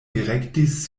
direktis